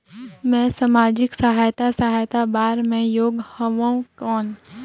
मैं समाजिक सहायता सहायता बार मैं योग हवं कौन?